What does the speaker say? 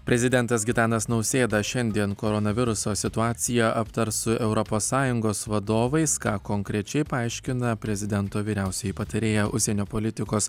prezidentas gitanas nausėda šiandien koronaviruso situaciją aptars su europos sąjungos vadovais ką konkrečiai paaiškina prezidento vyriausioji patarėja užsienio politikos